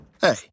Hey